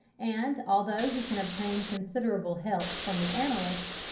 and, although he can obtain considerable help from the analyst,